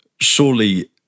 Surely